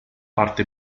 parte